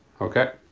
Okay